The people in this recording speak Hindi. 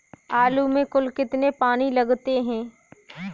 आलू में कुल कितने पानी लगते हैं?